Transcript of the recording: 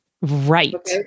Right